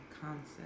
concept